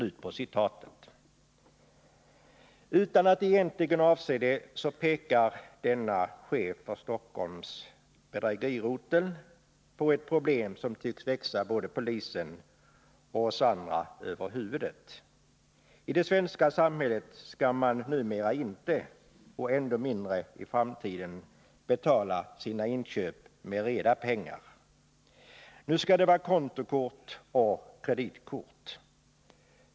Utan att egentligen avse det pekar denna chef för Stockholmspolisens bedrägerirotel på ett problem som tycks växa både polisen och oss andra över huvudet. I det svenska samhället skall man numera inte — och än mindre i framtiden — betala sina köp med reda pengar. Nu skall det vara kontokort och kreditkort.